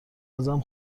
ازم